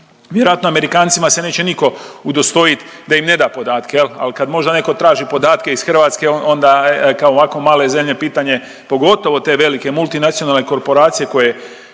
vjerojatno Amerikancima se neće niko udostojit da im ne da podatke jel, al kad možda neko traži podatke iz Hrvatske onda, kao ovako male zemlje, pitanje je, pogotovo te velike multinacionalne korporacije koje,